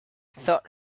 thought